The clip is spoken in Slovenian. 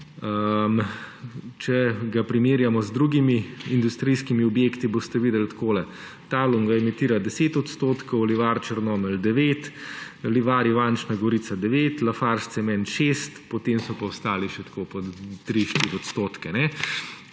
Če ga primerjamo z drugimi industrijskimi objekti, boste videli takole. Talum emitira 10 odstotkov Livar Črnomelj 9, Livar Ivančna Gorica 9, Lafarge Cement 6, potem so pa ostali še tako po tri, štiri odstotke,